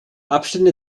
abstände